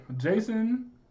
Jason